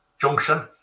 junction